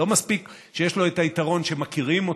לא מספיק שיש לו את היתרון שמכירים אותו,